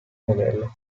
modello